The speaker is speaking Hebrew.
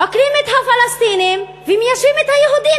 עוקרים את הפלסטינים ומיישבים את היהודים.